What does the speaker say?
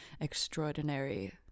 extraordinary